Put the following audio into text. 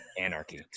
Anarchy